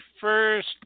first